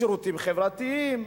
שירותים חברתיים,